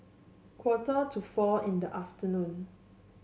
quarter to four in the afternoon